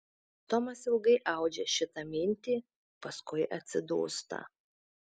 tomas ilgai audžia šitą mintį paskui atsidūsta